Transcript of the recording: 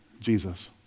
Jesus